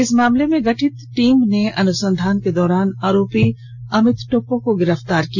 इस मामले में गठित टीम ने अंनुसधान के दौरान आरोपी अमित टोप्पो को गिरफ्तार किया